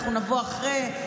אנחנו נבוא אחרי,